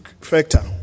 factor